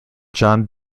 john